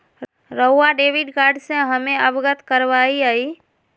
रहुआ debit card से हमें अवगत करवाआई?